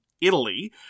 Italy